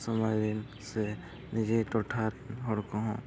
ᱥᱚᱢᱟᱡᱽ ᱨᱮᱱ ᱥᱮ ᱱᱤᱡᱮᱨ ᱴᱚᱴᱷᱟ ᱨᱮᱱ ᱦᱚᱲ ᱠᱚᱦᱚᱸ